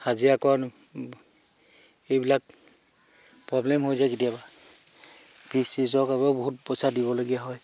হাজিৰা কৰা এইবিলাক প্ৰব্লেম হৈ যায় কেতিয়াবা ফিজ চিজৰ বাবেও বহুত পইচা দিবলগীয়া হয়